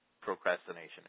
Procrastination